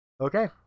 Okay